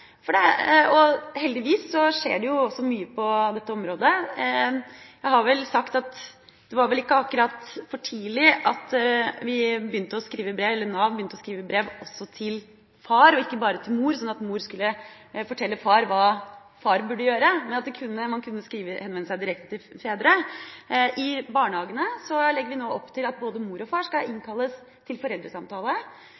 Heldigvis skjer det også mye på disse områdene. Jeg har sagt at det var ikke akkurat for tidlig at Nav begynte å skrive brev også til far – ikke bare til mor, sånn at mor skulle fortelle far hva far burde gjøre. Man henvender seg direkte til fedrene. I barnehagene legger vi nå opp til at både mor og far skal